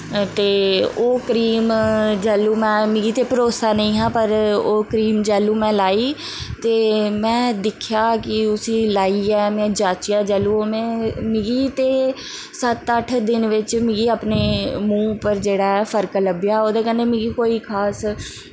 ते ओह् क्रीम जैल्लू में मिगी ते भरोसा नेईं हा पर ओह् क्रीम जैल्लू में लाई ते में दिक्खेआ कि उसी लाइयै में जांचेआ जैल्लू में मिगी ते सत्त अट्ठ दिन बिच्च मिगी अपने मूंह् पर जेह्ड़ा फर्क लब्भेआ ओह्दे कन्नै मिगी कोई खास